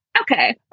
Okay